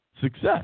success